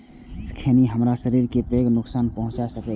खैनी हमरा शरीर कें पैघ नुकसान पहुंचा सकै छै